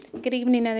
good evening,